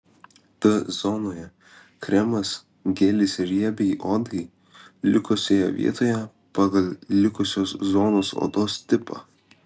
t zonoje kremas gelis riebiai odai likusioje vietoje pagal likusios zonos odos tipą